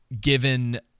given